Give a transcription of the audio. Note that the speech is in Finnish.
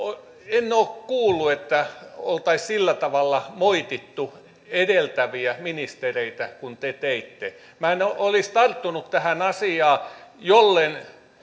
en ole kuullut että oltaisiin sillä tavalla moitittu edeltäviä ministereitä kuin te teitte minä en olisi tarttunut tähän asiaan jollen